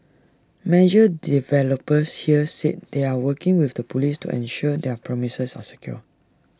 major developers here said they are working with the Police to ensure their premises are secure